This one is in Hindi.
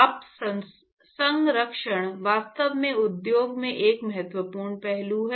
भाप संरक्षण वास्तव में उद्योग में एक महत्वपूर्ण पहलू है